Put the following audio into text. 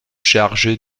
chargé